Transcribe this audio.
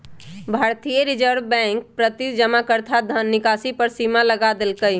भारतीय Reserve Bank प्रति जमाकर्ता धन निकासी पर सीमा लगा देलकइ